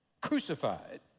crucified